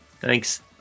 thanks